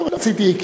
לא רציתי,